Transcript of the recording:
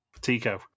Tico